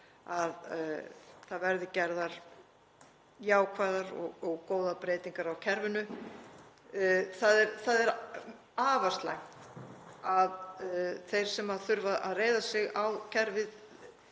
um að gerðar verði jákvæðar og góðar breytingar á kerfinu. Það er afar slæmt að þeir sem þurfa að reiða sig á kerfið